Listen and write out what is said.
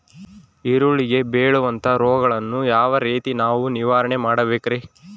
ಈರುಳ್ಳಿಗೆ ಬೇಳುವಂತಹ ರೋಗಗಳನ್ನು ಯಾವ ರೇತಿ ನಾವು ನಿವಾರಣೆ ಮಾಡಬೇಕ್ರಿ?